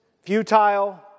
futile